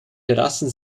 terrassen